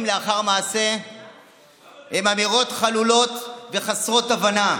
לאחר מעשה הן אמירות חלולות וחסרות הבנה,